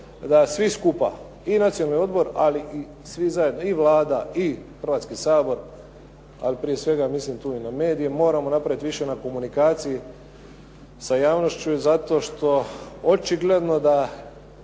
da svi skupa i nacionalni odbor ali i svi zajedno i Vlada i Hrvatski sabor, ali prije svega mislim tu i na medije moramo napraviti više na komunikaciji sa javnošću zato što očigledno da